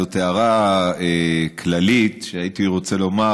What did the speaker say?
זאת הערה כללית שהייתי רוצה לומר,